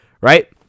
right